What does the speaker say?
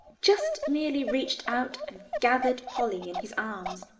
just merely, reached out and gathered polly in his arms,